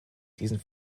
diesen